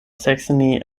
saxony